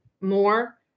more